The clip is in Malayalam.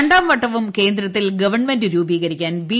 രണ്ടാം വട്ടവും കേന്ദ്രത്തിൽ ഗവൺമെന്റ് രൂപീകരിക്കാൻ ബി